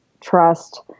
trust